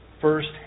first